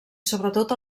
sobretot